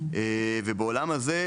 ובעולם הזה,